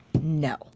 no